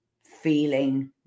feeling